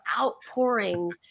outpouring